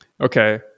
Okay